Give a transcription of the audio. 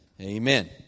Amen